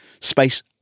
Space